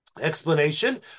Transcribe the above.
explanation